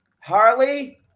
Harley